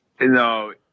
No